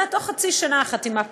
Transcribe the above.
אלא תוך חצי שנה החתימה פוקעת.